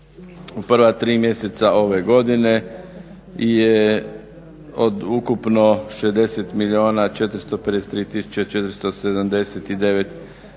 u prva tri mjeseca ove godine je od ukupno 60 453 479